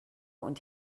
und